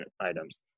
items